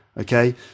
okay